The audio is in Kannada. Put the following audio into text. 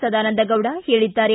ಸದಾನಂದಗೌಡ ಹೇಳಿದ್ದಾರೆ